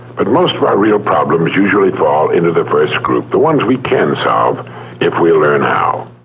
but most of our real problems usually fall into the first group, the ones we can solve if we learn how.